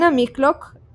אנה מיקלוק,